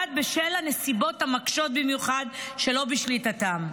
נפגעת בשל הנסיבות המקשות במיוחד, שלא בשליטתה.